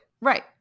Right